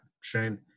Shane